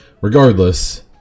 regardless